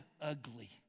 ugly